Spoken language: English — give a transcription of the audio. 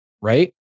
Right